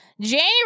January